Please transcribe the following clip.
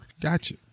Gotcha